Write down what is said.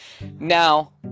Now